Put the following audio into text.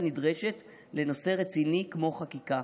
תוך פגיעה ביסודיות הנדרשת לנושא רציני כמו חקיקה,